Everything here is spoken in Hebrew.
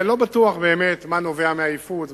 כי אני לא בטוח באמת מה נובע מעייפות,